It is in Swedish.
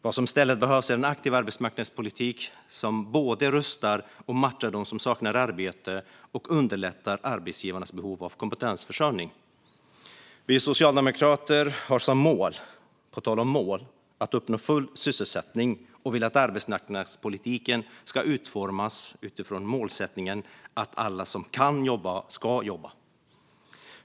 Vad som i stället behövs är en aktiv arbetsmarknadspolitik som både rustar och matchar dem som saknar arbete och underlättar arbetsgivarnas behov av kompetensförsörjning. På tal om mål: Vi socialdemokrater har som mål att uppnå full sysselsättning. Vi vill att arbetsmarknadspolitiken ska utformas utifrån målsättningen att alla som kan jobba ska jobba.